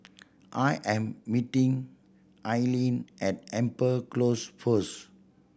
I am meeting Aileen at Amber Close first